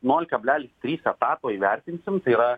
nol kablelis trys etato įvertinsim tai yra